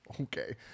Okay